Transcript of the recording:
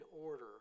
order